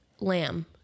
lamb